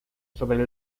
sobre